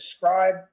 describe